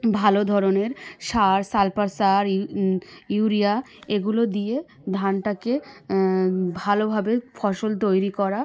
ভালো ধরনের সার সালফার সার ইউরিয়া এগুলো দিয়ে ধানটাকে ভালোভাবে ফসল তৈরি করা